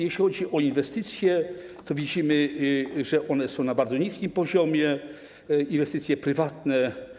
Jeśli chodzi o inwestycje, to widzimy, że są one na bardzo niskim poziomie, inwestycje prywatne.